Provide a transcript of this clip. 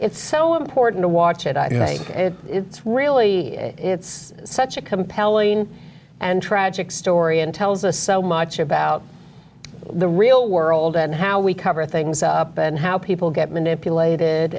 it's so important to watch and i think it's really it's such a compelling and tragic story and tells us so much about the real world and how we cover things up and how people get manipulated